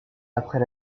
après